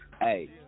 Hey